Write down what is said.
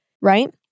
Right